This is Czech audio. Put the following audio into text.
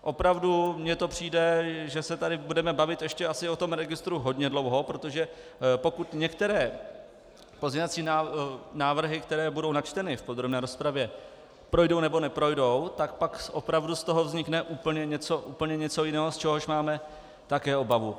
Opravdu mně to přijde, že se tady budeme bavit ještě asi o tom registru hodně dlouho, protože pokud některé pozměňovací návrhy, které budou načteny v podrobné rozpravě, projdou nebo neprojdou, tak pak opravdu z toho vznikne úplně něco jiného, z čehož máme také obavu.